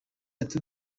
ati